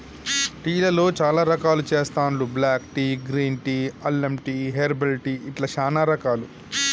tea లలో చాల రకాలు చెస్తాండ్లు బ్లాక్ టీ, గ్రీన్ టీ, అల్లం టీ, హెర్బల్ టీ ఇట్లా చానా రకాలు